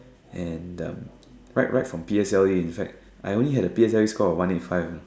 and um right right from P_S_L_E in fact I only had a P_S_L_E score of one eight five you know